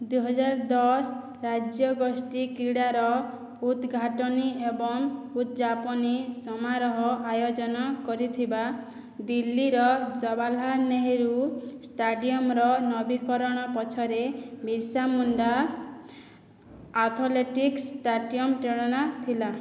ଦୁଇହଜାର ଦଶ ରାଜ୍ୟଗୋଷ୍ଠୀ କ୍ରୀଡ଼ାର ଉଦ୍ଘାଟନୀ ଏବଂ ଉଦ୍ଯାପନୀ ସମାରୋହ ଆୟୋଜନ କରିଥିବା ଦିଲ୍ଲୀର ଜବାହରଲାଲ ନେହେରୁ ଷ୍ଟାଡ଼ିୟମର ନବୀକରଣ ପଛରେ ବିର୍ସା ମୁଣ୍ଡା ଆଥଲେଟିକ୍ସ ଷ୍ଟାଡ଼ିୟମ୍ ପ୍ରେରଣା ଥିଲା